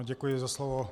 Děkuji za slovo.